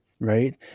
Right